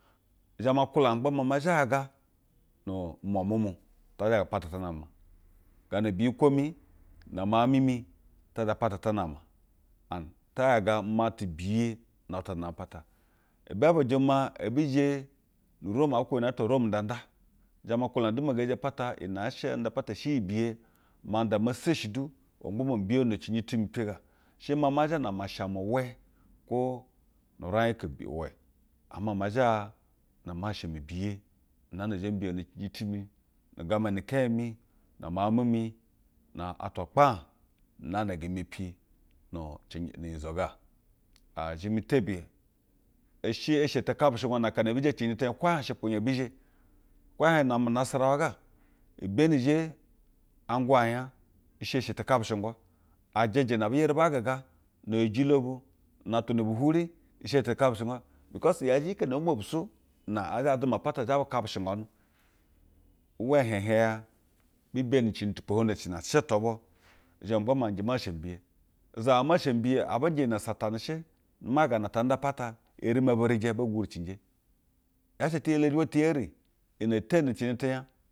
Izhe ma nkwulana ma gba maa ma zhaga nu umwamwa mu. Ta zhaga pata tanama. Gana biyikwo mi, na miau j mi mi ta zha pata ta nama. Anf ta yaga umatu biye no atwa na name pata. Ubayi bu jeme maa ebi zhe nu rom abe kwube iyi ne atwa rom a nda. I zhe mo nkwulana du maa ngee zhe pata. Ine shɛ yanda pata shɛ iyi biye manda me seshi du magba ma. Mbiyono cenjɛ ti mi oe ga she maa ma zha na masha mu we kwo nuuraik ko bu we ama ma zha ni masha mi biye naa na zhe mbiyono cɛnjɛ ti mi, tu gamba ni kenye m na miauj mimi, na atwa kpaaj naa na nge mepi nu ce nu unyizo ga. Aa zheme tebiye. Ishɛ eshe tɛkapeshengwa na akana ebi zhe cenjɛ tinya kwo ee heij ushepwu nya ebi zhe, kwo ee hiej anguwa nya, i she eshe tekapeshe ngwa. Ajɛjɛ na ebi yeri bo gega ne eye ejilo bu, na atwa na bu hwuri ishe eshe tekapeshengwa. Bikos, iyaje iyi ike ne obu mepi so, na ee zhe duma pata zhe bu kapeshe ngwanu. Uwa e hiej ehiej ya, bi beni na cenjɛ tupohondo tuna tɛ shɛ she tubu. Izheme ma gba maa njɛ ma sha mi biye. Usuwa masha mi biye abe nje iyi ne satane shɛ maa gaa be gwuricinje. Yaa shɛ eti yeleji. Hwayɛ ti yeri, iyi ne teni ni cenjɛ tinya